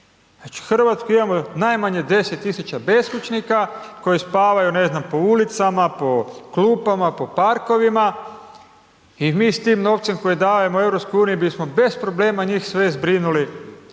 u Hrvatskoj imamo najmanje 10.000 beskućnika koji spavaju ne znam po ulicama, po klupama, po parkovima i mi s tim novcem koji dajemo EU bismo bez problema njih sve zbrinuli